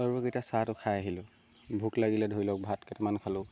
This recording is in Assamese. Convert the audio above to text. তাৰ পৰা এতিয়া চাহটো খাই আহিলোঁ ভোক লাগিলে ধৰি লওক ভাত কেইটামান খালোঁ